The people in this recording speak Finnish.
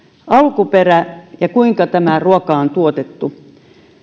alkuperä ja se kuinka tämä ruoka on tuotettu